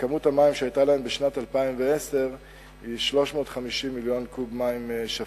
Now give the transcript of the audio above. וכמות המים שהיתה להם בשנת 2010 היא 350 מיליון קוב מים שפירים.